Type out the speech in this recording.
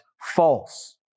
false